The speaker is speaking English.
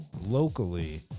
locally